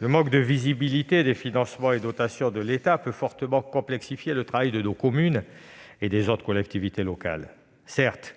le manque de visibilité des financements et des dotations de l'État peut fortement complexifier le travail de nos communes et des autres collectivités locales. Certes,